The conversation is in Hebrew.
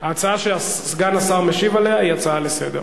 ההצעה שסגן השר משיב עליה היא הצעה לסדר-היום.